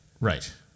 right